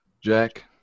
Jack